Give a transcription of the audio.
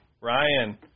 Ryan